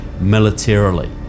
militarily